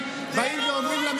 על מה